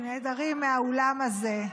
שנעדרים מהאולם הזה,